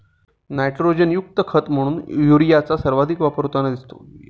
नायट्रोजनयुक्त खत म्हणून युरियाचा सर्वाधिक वापर होताना दिसतो